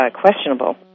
questionable